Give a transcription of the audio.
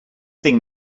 thing